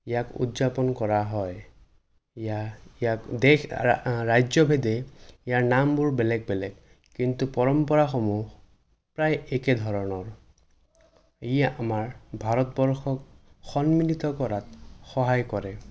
ইয়াক উদযাপন কৰা হয় ইয়াক দেশ ৰাজ্য ভেদে ইয়াৰ নামবোৰ বেলেগ বেলেগ কিন্তু পৰম্পৰাসমূহ প্ৰায় একে ধৰণৰ ই আমাৰ ভাৰতবৰ্ষক সন্মিলিত কৰাত সহায় কৰে